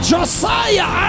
Josiah